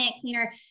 cleaner